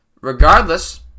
Regardless